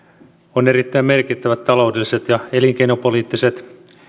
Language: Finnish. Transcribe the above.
on erittäin merkittävät taloudelliset ja elinkeinopoliittiset